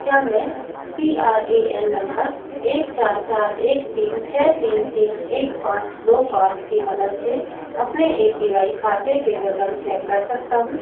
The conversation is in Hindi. क्या मैं P R A N number एक चार चार एक तीन छ तीन तीन एक पाँच दो पाँच की मदद से अपने ए पी वाई खाते के विवरण चेक कर सकता हूँ